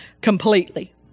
completely